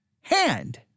hand